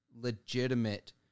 legitimate